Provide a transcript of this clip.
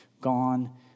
gone